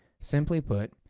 simply put,